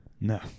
No